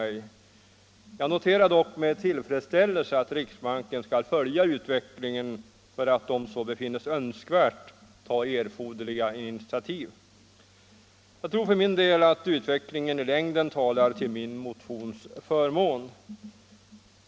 Jag noterar dock med tillfredsställelse att riksbanken skall följa utvecklingen för att om så befinns önskvärt ta erforderliga initiativ. Jag tror att utvecklingen i längden talar till förmån för min motion.